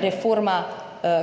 Reforma